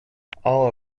all